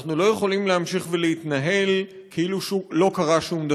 אנחנו לא יכולים להמשיך ולהתנהל כאילו לא קרה שום דבר.